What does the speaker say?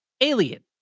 Alien